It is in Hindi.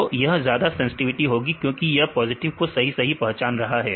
तो यह ज्यादा सेंसटिविटी होगी क्योंकि यह पॉजिटिव को सही सही पहचान रहा है